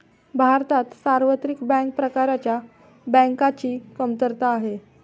भारतात सार्वत्रिक बँक प्रकारच्या बँकांची कमतरता आहे